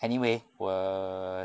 anyway err